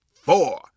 four